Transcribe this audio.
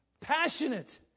passionate